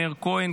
מאיר כהן,